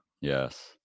Yes